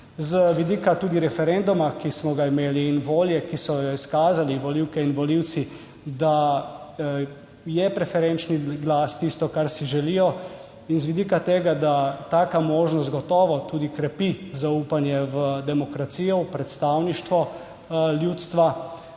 z vidika referenduma, ki smo ga imeli, in volje, ki so jo izkazali volivke in volivci, da je preferenčni glas tisto, kar si želijo, in z vidika tega, da taka možnost gotovo tudi krepi zaupanje v demokracijo, v predstavništvo ljudstva,